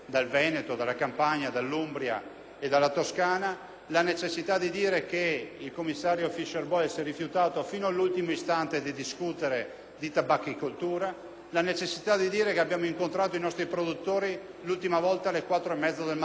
e dalla Toscana. Occorre dire che il commissario Fischer Boel si è rifiutato fino all'ultimo istante di discutere di tabacchicoltura; occorre altresì ricordare che abbiamo incontrato i nostri produttori l'ultima volta alle quattro e mezza del mattino per decidere una strategia assieme.